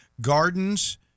gardens